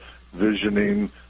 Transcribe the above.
visioning